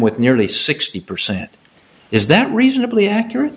with nearly sixty percent is that reasonably accurate